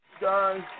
guys